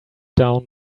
down